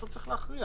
בסוף צריך להכריע.